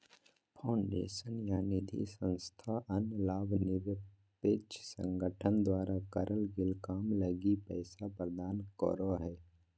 foundation या निधिसंस्था अन्य लाभ निरपेक्ष संगठन द्वारा करल गेल काम लगी पैसा प्रदान करो हय